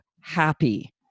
happy